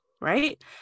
right